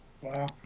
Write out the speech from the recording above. Wow